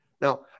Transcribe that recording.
Now